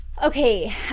Okay